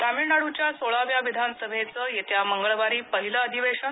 तमिळनाडुच्या सोळाव्या विधानसभेचं येत्या मंगळवारी पहिलं अधिवेशन